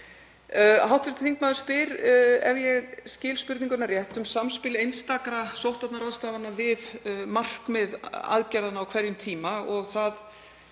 Hv. þingmaður spyr, ef ég skil spurningarnar rétt, um samspil einstakra sóttvarnaráðstafana við markmið aðgerðanna á hverjum tíma og það